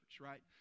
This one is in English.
right